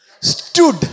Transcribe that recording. stood